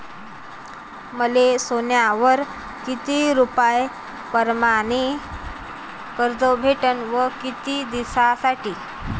मले सोन्यावर किती रुपया परमाने कर्ज भेटन व किती दिसासाठी?